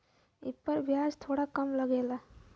एपर बियाज थोड़ा कम लगला